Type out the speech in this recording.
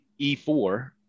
E4